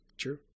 true